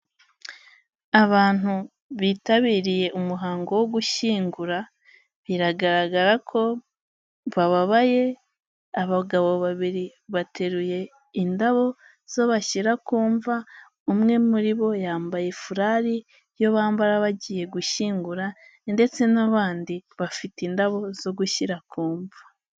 Abantu bitabiriye umuhango wo gushyingura biragaragara ko bababaye, abagabo babiri bateruye indabo zo bashyira ku mva, umwe muri bo yambaye furari iyo bambara bagiye gushyingura ndetse n'abandi bafite indabo zo gushyira ku mva.